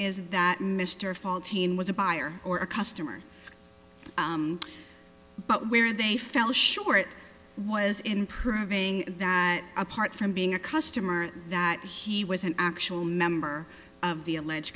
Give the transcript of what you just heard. is that mr faulty gene was a buyer or a customer but where they fell short was in proving that apart from being a customer that he was an actual member of the alleged